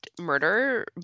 murder